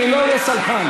לא אהיה סלחן.